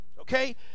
Okay